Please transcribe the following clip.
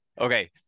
Okay